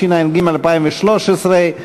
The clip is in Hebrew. התשע"ג 2013,